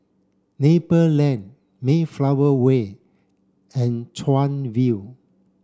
Maple Lane Mayflower Way and Chuan View